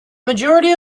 majority